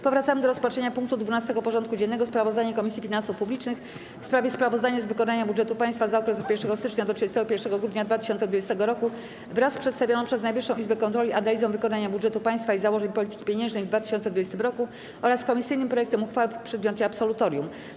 Powracamy do rozpatrzenia punktu 12. porządku dziennego: Sprawozdanie Komisji Finansów Publicznych w sprawie sprawozdania z wykonania budżetu państwa za okres od 1 stycznia do 31 grudnia 2020 r. wraz z przedstawioną przez Najwyższą Izbę Kontroli analizą wykonania budżetu państwa i założeń polityki pieniężnej w 2020 r. oraz komisyjnym projektem uchwały w przedmiocie absolutorium.